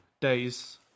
days